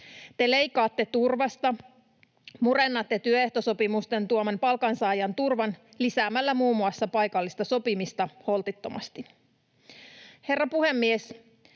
Te leikkaatte turvasta, murennatte työehtosopimusten tuoman palkansaajan turvan lisäämällä muun muassa paikallista sopimista holtittomasti. Herra puhemies!